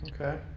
okay